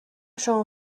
شما